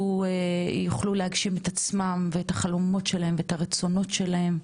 יוכלו להגשים את עצמם ואת החלומות שלהם ואת הרצונות שלהם,